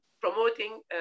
promoting